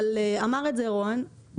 אמר את זה רון,